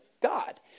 god